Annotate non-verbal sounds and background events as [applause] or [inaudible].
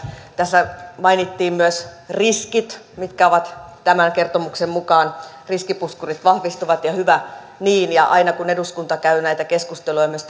tässä mainittiin myös riskit tämän kertomuksen mukaan riskipuskurit vahvistuvat ja hyvä niin aina kun eduskunta käy näitä keskusteluja on myös [unintelligible]